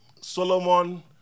Solomon